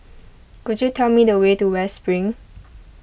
could you tell me the way to West Spring